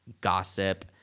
gossip